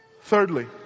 Thirdly